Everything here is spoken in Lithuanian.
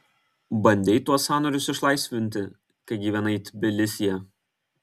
bandei tuos sąnarius išlaisvinti kai gyvenai tbilisyje